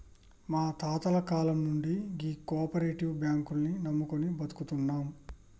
మా తాతల కాలం నుండి గీ కోపరేటివ్ బాంకుల్ని నమ్ముకొని బతుకుతున్నం